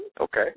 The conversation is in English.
Okay